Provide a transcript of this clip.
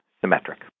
symmetric